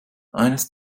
eines